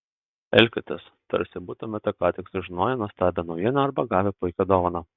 elkitės tarsi būtumėte ką tik sužinoję nuostabią naujieną arba gavę puikią dovaną